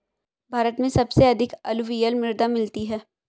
भारत में सबसे अधिक अलूवियल मृदा मिलती है